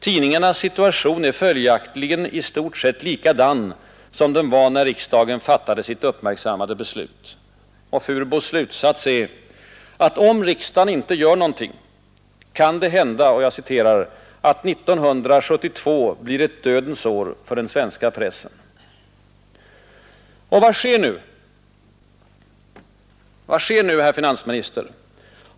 Tidningarnas situation är följaktligen i stort sett likadan som den var när riksdagen fattade sitt uppmärksammade beslut.” Och Furbos slutsats är att om riksdagen inte gör någonting ”kan det hända att 1972 blir ett dödens år för den svenska pressen”. Och vad sker nu, herr finansminister?